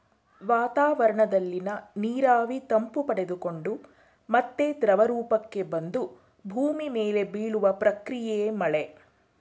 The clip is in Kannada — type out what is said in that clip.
ವಾತಾವರಣದಲ್ಲಿನ ನೀರಾವಿ ತಂಪು ಪಡೆದುಕೊಂಡು ಮತ್ತೆ ದ್ರವರೂಪಕ್ಕೆ ಬಂದು ಭೂಮಿ ಮೇಲೆ ಬೀಳುವ ಪ್ರಕ್ರಿಯೆಯೇ ಮಳೆ